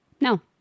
No